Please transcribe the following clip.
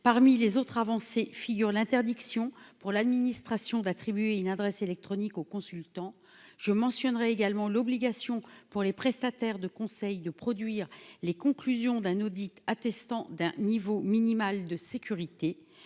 parmi les autres avancées figurent l'interdiction pour l'administration d'attribuer une adresse électronique au consultant je mentionnerait également l'obligation pour les prestataires de conseils de produire les conclusions d'un audit attestant d'un niveau minimal de sécurité